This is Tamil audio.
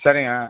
சரிங்க